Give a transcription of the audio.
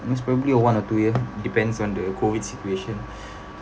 most probably one or two year depends on the COVID situation